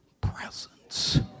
Presence